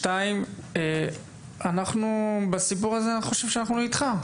שניים, בסיפור הזה אני חושב שאנחנו איתך.